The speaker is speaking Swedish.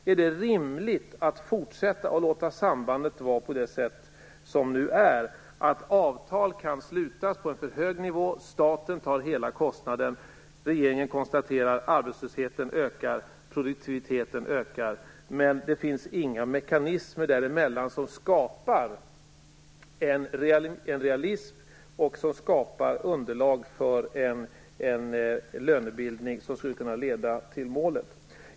Är det rimligt att fortsätta att låta sambandet vara på det sätt som nu är, att avtal kan slutas på en för hög nivå, staten tar hela kostnaden, regeringen konstaterar att arbetslösheten och produktiviteten ökar, men det finns inga mekanismer där emellan som skapar ett realistiskt underlag för en lönebildning som skulle kunna leda till målet?